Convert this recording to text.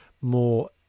more